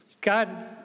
God